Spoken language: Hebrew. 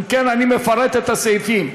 אם כן, אני מפרט את הסעיפים: